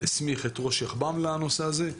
הסמיך את ראש יחב"מ לנושא הזה.